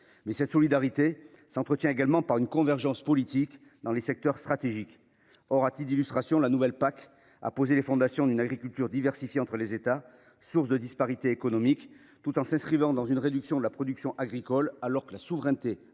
lieu, cette solidarité s’entretient également par une convergence politique dans des secteurs stratégiques. À titre d’illustration, la nouvelle PAC a posé les fondations d’une agriculture différenciée entre les États, source de disparités économiques, tout en s’inscrivant dans une réduction de la production agricole, alors que la souveraineté alimentaire